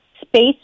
Space